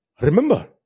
remember